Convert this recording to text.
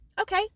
okay